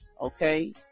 okay